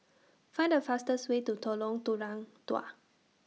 Find The fastest Way to Dua